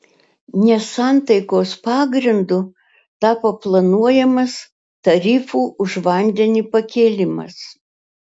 nesantaikos pagrindu tapo planuojamas tarifų už vandenį pakėlimas